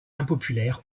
impopulaire